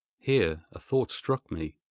here a thought struck me,